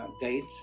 guides